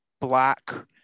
black –